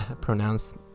pronounce